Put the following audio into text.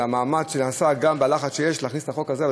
על המאמץ שנעשה גם בלחץ שיש להכניס את החוק הזה.